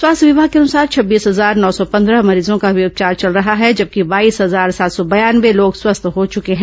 स्वास्थ्य विमाग के अनुसार छब्बीस हजार नौ सौ पंद्रह मरीजों का अभी उपचार चल रहा है जबकि बॉइंस हजार सात सौ बयानवे लोग स्वस्थ हो चुके हैं